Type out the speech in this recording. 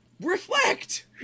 reflect